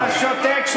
אתה שותק,